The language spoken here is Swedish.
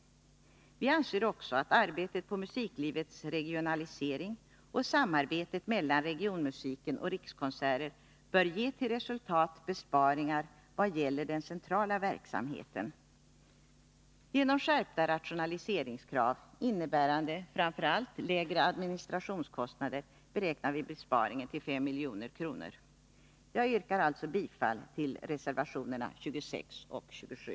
Vi anser också att arbetet på musiklivets regionalisering och samarbetet mellan regionmusiken och Rikskonserter bör ge till resultat besparingar i vad gäller den centrala verksamheten. Genom skärpta rationaliseringskrav, innebärande framför allt lägre administrationskostnader, beräknar vi besparingen till 5 milj.kr. Jag yrkar alltså bifall till reservationerna 26 och 27.